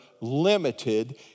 limited